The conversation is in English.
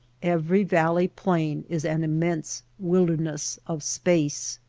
every valley-plain is an immense wilderness of space.